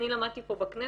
אני למדתי פה בכנסת,